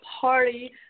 party